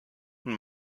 und